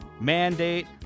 mandate